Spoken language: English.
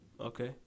Okay